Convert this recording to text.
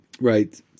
Right